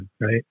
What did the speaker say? right